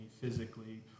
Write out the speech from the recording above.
physically